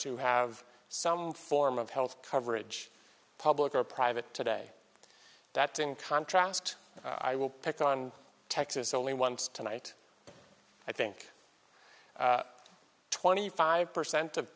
who have some form of health coverage public or private today that in contrast i will pick on texas only once tonight i think twenty five percent of